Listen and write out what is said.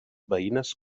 veïnes